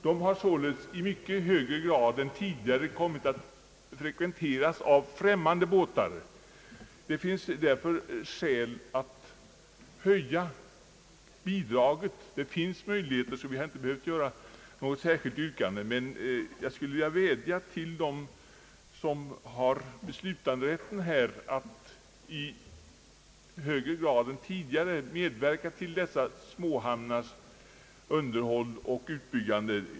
Dessa har således i mycket högre grad än tidigare kommit att frekventeras av främmande båtar. Det är därför skäl att höja bidragen — möjligheter finns, och vi har alltså inte behövt ställa något särskilt yrkande om bidrag. Men jag skulle vilja vädja till dem som har beslutanderätten i dessa ärenden att i högre grad än tidigare medverka till dessa småhamnars underhåll och utbyggande.